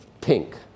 pink